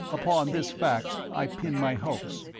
upon this fact i pin my hopes.